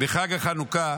בחג החנוכה